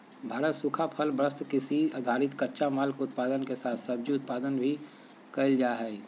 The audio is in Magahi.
भारत सूखा फल, वस्त्र, कृषि आधारित कच्चा माल, के उत्पादन के साथ सब्जी उत्पादन भी कैल जा हई